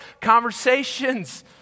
conversations